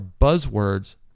buzzwords